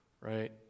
right